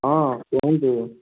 ହଁ କୁହନ୍ତୁ